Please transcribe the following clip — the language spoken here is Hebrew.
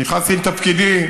נכנסתי לתפקידי,